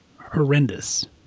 horrendous